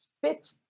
fit